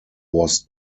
was